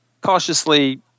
cautiously